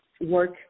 work